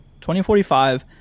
2045